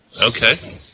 Okay